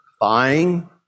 buying